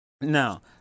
Now